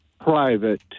private